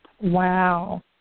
Wow